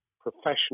professional